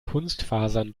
kunstfasern